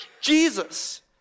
Jesus